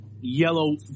yellow